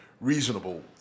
reasonable